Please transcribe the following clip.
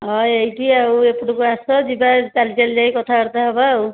ହଁ ଏଇଠି ଆଉ ଏପଟକୁ ଆସ ଯିବା ଚାଲିଚାଲି ଯାଇ କଥାବାର୍ତ୍ତା ହେବା ଆଉ